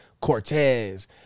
Cortez